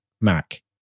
Mac